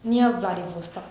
near vladivostok